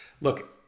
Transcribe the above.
look